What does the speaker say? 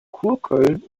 kurköln